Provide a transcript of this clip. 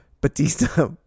Batista